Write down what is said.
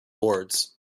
boards